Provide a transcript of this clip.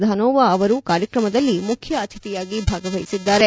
ಧನೋವಾ ಅವರು ಕಾರ್ಯಕ್ರಮದಲ್ಲಿ ಮುಖ್ಯ ಅತಿಥಿಯಾಗಿ ಭಾಗವಹಿಸಿದ್ದಾರೆ